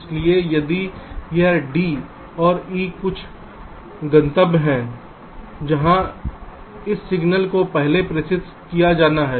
इसलिए यदि यह d और e कुछ गंतव्य हैं जहां इस सिग्नल को पहले प्रेषित किया जाना है